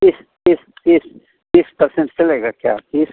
तीस तीस तीस तीस पर्सेंट चलेगा क्या तीस